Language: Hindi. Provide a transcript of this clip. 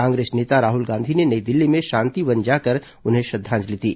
कांग्रेस नेता राहल गांधी ने नई दिल्ली में शांति वन जाकर उन्हें श्रद्वांजलि दी